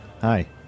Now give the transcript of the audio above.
Hi